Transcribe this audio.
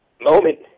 moment